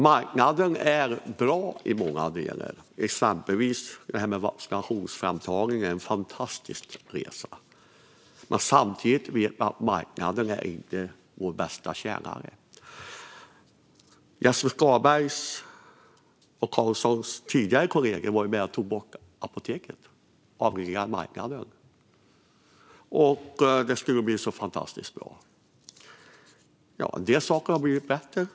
Marknaden är bra i många delar; exempelvis är detta med vaccinationsframtagningen en fantastisk resa. Men samtidigt vet vi att marknaden inte är vår bästa tjänare. Jesper Skalberg Karlssons tidigare regeringskollegor var ju med och avreglerade apoteksmarknaden. Det skulle bli så fantastiskt bra, sa man. Ja, en del saker har blivit bättre.